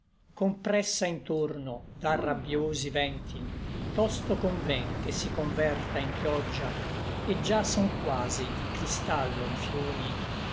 compressa intorno da rabbiosi vènti tosto conven che si converta in pioggia et già son quasi di cristallo i fiumi